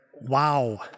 wow